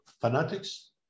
fanatics